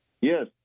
yes